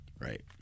Right